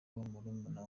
murumuna